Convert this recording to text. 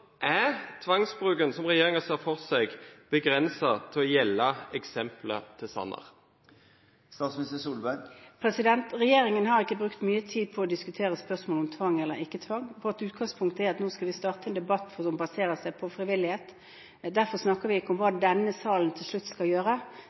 Er tvangsbruken som regjeringen ser for seg, begrenset til å gjelde eksempelet til Sanner? Regjeringen har ikke brukt mye tid på å diskutere spørsmålet om tvang eller ikke tvang. Vårt utgangspunkt er at vi nå skal starte en debatt som baserer seg på frivillighet. Derfor snakker vi ikke om hva